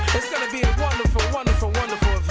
it's gonna be a wonderful, wonderful, wonderful